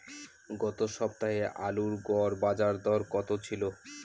গত সপ্তাহে আলুর গড় বাজারদর কত ছিল?